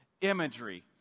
imagery